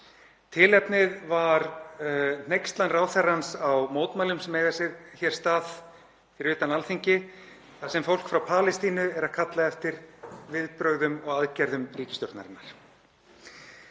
Tilefnið var hneykslan ráðherrans á mótmælum sem eiga sér stað fyrir utan Alþingi þar sem fólk frá Palestínu er að kalla eftir viðbrögðum og aðgerðum ríkisstjórnarinnar.